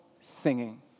singing